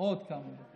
עוד כמה דקות.